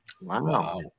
Wow